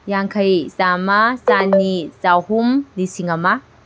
ꯌꯥꯡꯈꯩ ꯆꯥꯝꯃ ꯆꯥꯅꯤ ꯆꯥꯍꯨꯝ ꯂꯤꯁꯤꯡ ꯑꯃ